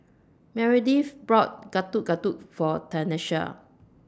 Meredith bought Getuk Getuk For Tenisha